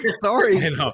Sorry